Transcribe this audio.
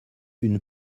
une